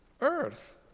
Earth